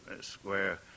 square